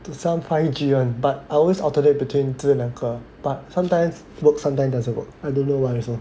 to some five G [one] but I always alternate between 这个 and 那个 but sometimes work sometimes doesn't work I don't know why also